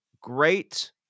great